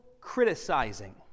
criticizing